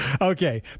Okay